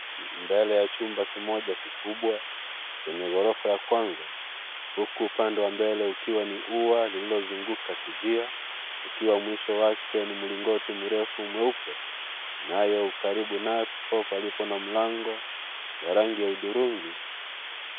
Mbele ya chumba kimoja kikubwa chenye gorofa ya kwanza huku upande wa mbele ukiwa ni uwa uliozunguka kinjia ukiwa mwisho wake ni mlingoti mrefu mweupe nayo karibu napo palipo na mlango wa rangi ya hudhurungi.